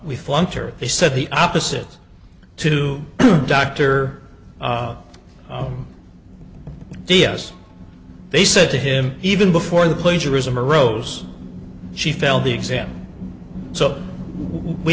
we flunked or they said the opposite to doctor d s they said to him even before the plagiarism arose she felt the exam so we